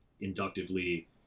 inductively